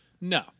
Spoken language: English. No